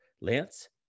Lance